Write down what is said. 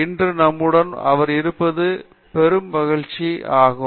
இன்று நம்முடன் அவர்கள் இருப்பது பெரும் மகிழ்ச்சியாகும்